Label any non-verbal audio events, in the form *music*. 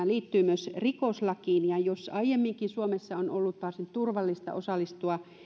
*unintelligible* liittyy myös rikoslakiin ja jos aiemminkin suomessa on ollut varsin turvallista osallistua